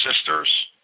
sisters